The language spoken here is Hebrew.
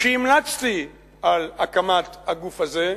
כשהמלצתי על הקמת הגוף זה,